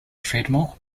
treadmill